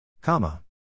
comma